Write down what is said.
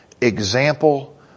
example